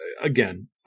again